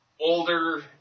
older